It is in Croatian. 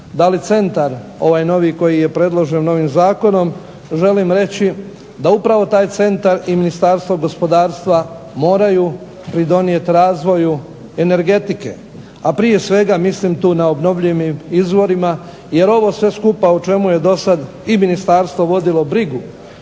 da li centar ovaj novi koji je predložen novim zakonom, želim reći da upravo taj centar i Ministarstvo gospodarstva moraju pridonijeti razvoju energetike, a prije svega mislim tu na obnovljivim izvorima. Jer ovo sve skupa o čemu je do sad i ministarstvo vodilo brigu